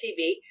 TV